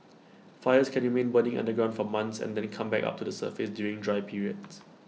fires can remain burning underground for months and then come back up to the surface during dry periods